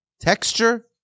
texture